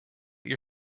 your